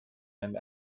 and